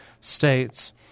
states